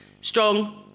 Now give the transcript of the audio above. Strong